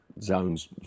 zones